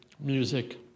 music